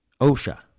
OSHA